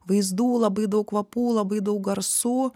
vaizdų labai daug kvapų labai daug garsų